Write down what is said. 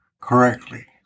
correctly